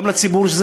גם לציבור,